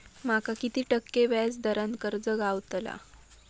माका किती टक्के व्याज दरान कर्ज गावतला?